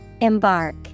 Embark